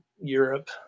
Europe